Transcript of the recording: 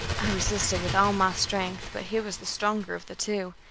i resisted with all my strength, but he was the stronger of the two,